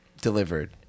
delivered